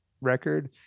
record